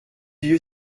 you